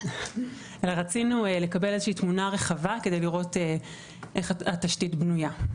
אלא רצינו לקבל איזושהי תמונה רחבה כדי לראות איך בנויה התשתית.